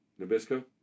Nabisco